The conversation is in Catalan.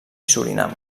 surinam